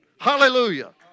Hallelujah